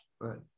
right